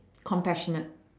compassionate